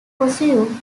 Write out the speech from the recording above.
possum